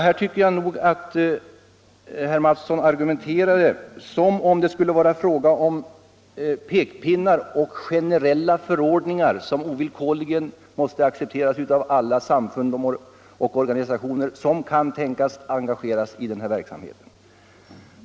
Här tycker jag nog att herr Mattsson argumenterade som om det skulle vara fråga om pekpinnar och generella förordningar som ovillkorligen måste accepteras av alla 69 samfund och organisationer som kan tänkas vilja engagera sig i denna verksamhet.